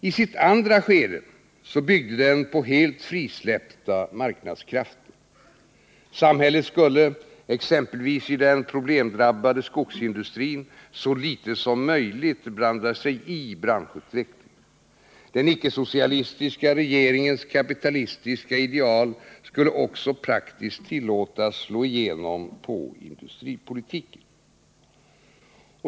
I sitt andra skede byggde den på helt frisläppta marknadskrafter. Samhället skulle, exempelvis i den problemdrabbade skogsindustrin, så litet som möjligt blanda sig i branschutvecklingen. Den icke-socialistiska regeringens kapitalistiska ideal skulle också praktiskt tillåtas slå igenom i industripolitiken.